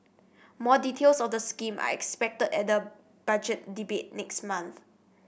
more details of the scheme are expected at the Budget Debate next month